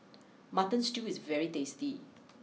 Mutton Stew is very tasty